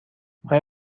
آیا